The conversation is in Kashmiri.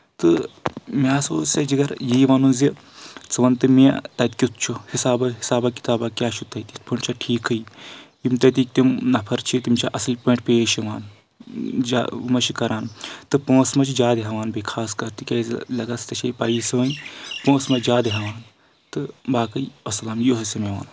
تہٕ مےٚ ہسا اوس ژٕ جِگر یہِ وَنُن زِ ژٕ وَن تہٕ مےٚ تَتہِ کیُتھ چھُ حِساب حِساب کِتابہ کیٛاہ چھُ تتہِ یِتھ پٲٹھۍ چھا ٹھیٖکٕے یِم تتِکۍ تِم نفر چھِ تِم چھا اصل پٲٹھۍ پیش یِوان جَل مہ چھِ کران تہٕ پونٛسہٕ مہ چھِ زیادٕ ہؠوان بیٚیہِ خاص کر تِکیازِ لگس ژٕ چھے پَیہِ سٲنۍ پونٛسہٕ منٛز جادٕ ہیٚوان تہٕ باقٕے اَسلام یہِ اوسُم وَنُن